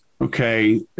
Okay